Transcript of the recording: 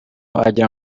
wagira